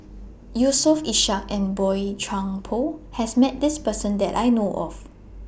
Yusof Ishak and Boey Chuan Poh has Met This Person that I know of